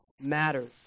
matters